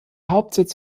hauptsitz